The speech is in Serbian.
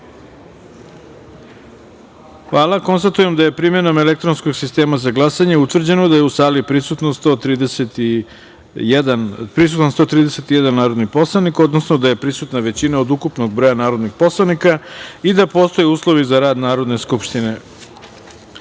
jedinice. Konstatujem da je, primenom elektronskog sistema za glasanje, utvrđeno da je u sali prisutan 131 narodni poslanik, odnosno da je prisutna većina od ukupnog broja narodnih poslanika i da postoje uslovi za rad Narodne skupštine. Da